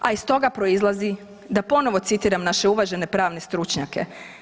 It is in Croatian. A iz toga proizlazi, da ponovo citiram naše uvažene pravne stručnjake.